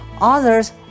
Others